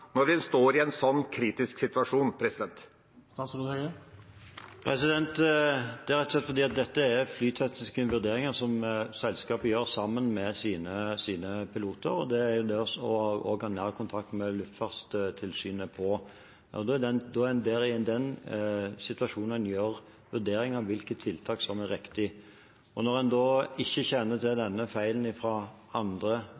når vi står i en så kritisk situasjon? Det er rett og slett fordi dette er flytekniske vurderinger som selskapet gjør sammen med sine piloter og i nær kontakt med Luftfartstilsynet. Det er i den situasjonen en gjør vurderingen av hvilke tiltak som er riktig. Når en ifølge operatør ikke kjenner til